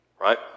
right